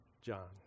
John